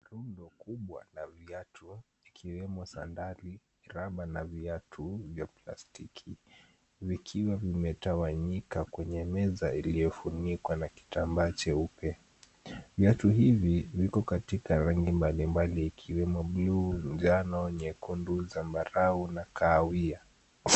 Rundo kubwa la viatu, ikiwemo sandari, raba, na viatu vya plastiki, vikiwa vimetawanyika kwenye meza iliyofunikwa na kitambaa cheupe. Viatu hivi viko katika rangi mbalimbali ikiwemo buluu, ngano, nyekundu, zambarau na kahawia.